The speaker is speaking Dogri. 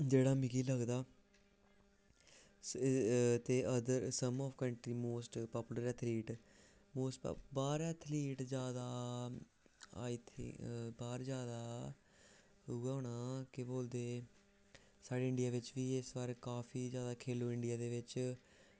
जेह्ड़ा मिगी लगदा ते अद some of country most popular ऐ three hit most popular ऐ थ्री हिट जा दा आई थिंक बाहर जादा थ्री उ'यै होना केह् बोलदे साढ़े इंडिया बिच्च बी इस बारी काफी जादा खेलो इंडिया दे बिच्च